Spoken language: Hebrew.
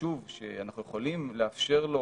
יישוב שאנחנו יכולים לאפשר לו